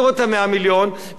ושאלתי איפה "ברזילי".